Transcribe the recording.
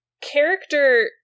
character